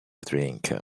drink